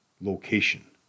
location